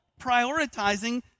prioritizing